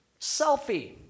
selfie